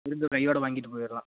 இருந்து கையோட வாங்கிட்டு போயிடலாம்